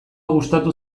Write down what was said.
gustatu